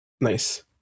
Nice